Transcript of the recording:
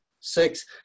six